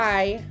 Bye